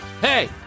hey